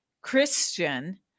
Christian